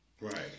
Right